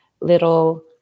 little